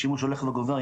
יש שימוש הולך וגובר,